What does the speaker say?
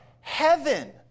heaven